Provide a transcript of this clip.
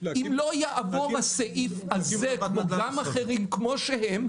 אם לא יעבור הסעיף הזה וגם אחרים כפי שהם,